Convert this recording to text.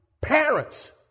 parents